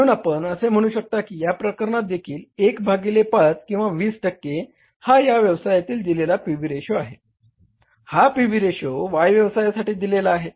म्हणून आपण असे म्हणू शकता की या प्रकरणात देखील 1 भागिले 5 किंवा 20 टक्के हा या व्यवसायात दिलेला पी व्ही रेशो आहे हा पी व्ही रेशो Y या व्यवसायासाठी दिलेला आहे